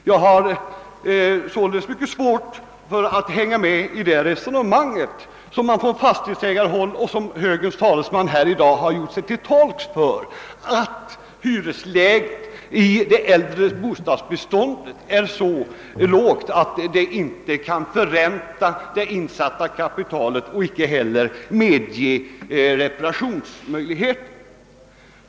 Jag har således mycket svårt att följa med i det resonemang som förts från fastighetsägarhåll och som högerns talesman här i dag anslutit sig till, nämligen att hyresläget i det äldre fastighetsbeståndet är så lågt, att det inte går att förränta det insatta kapitalet och inte heller att göra reparationer.